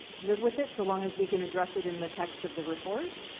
live with it so long as we can address it in the text of the report.